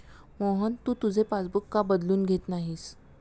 मोहन, तू तुझे पासबुक का बदलून घेत नाहीस?